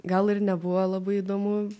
gal ir nebuvo labai įdomu